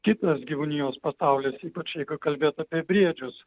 kitas gyvūnijos pasaulis ypač jeigu kalbėt apie briedžius